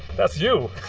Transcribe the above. that's you